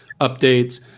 updates